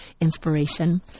inspiration